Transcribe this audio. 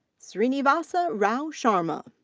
srinivasa rao sharma.